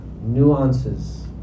nuances